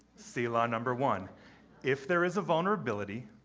see law number one if there is a vulnerability,